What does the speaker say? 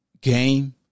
game